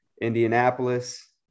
Indianapolis